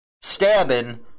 stabbing